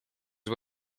coś